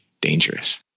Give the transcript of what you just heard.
dangerous